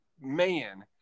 man